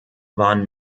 waren